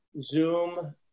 Zoom